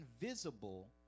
invisible